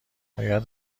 باید